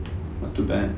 not too bad